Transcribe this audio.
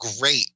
great